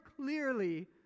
clearly